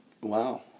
Wow